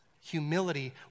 humility